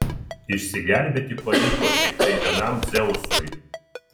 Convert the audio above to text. išsigelbėti pavyko tiktai vienam dzeusui